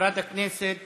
חברת הכנסת